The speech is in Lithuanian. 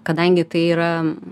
kadangi tai yra